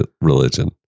religion